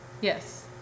Yes